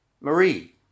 Marie